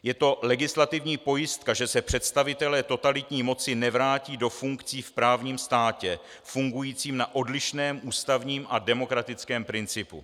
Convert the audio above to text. Je to legislativní pojistka, že se představitelé totalitní moci nevrátí do funkcí v právním státě fungujícím na odlišném ústavním a demokratickém principu.